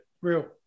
Real